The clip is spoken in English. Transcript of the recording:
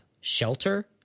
shelter